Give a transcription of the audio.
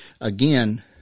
again